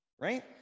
right